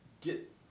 Get